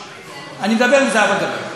אני מדבר עם זהבה גלאון.